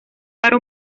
para